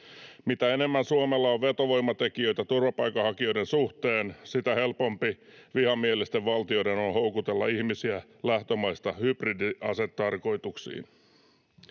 Mitä enemmän Suomella on vetovoimatekijöitä turvapaikanhakijoiden suhteen, sitä helpompi vihamielisten valtioiden on houkutella ihmisiä lähtömaista hybridiasetarkoituksiin.